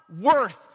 worth